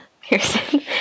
Pearson